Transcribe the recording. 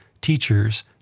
teachers